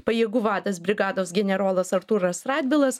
pajėgų vadas brigados generolas artūras radvilas